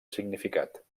significat